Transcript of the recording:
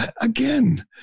again